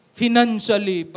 financially